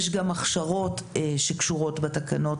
יש גם הכשרות שקשורות בתקנות,